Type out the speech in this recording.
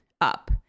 up